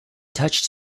touched